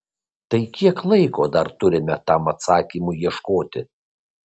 tai kiek laiko dar turime tam atsakymui ieškoti